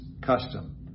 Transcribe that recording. custom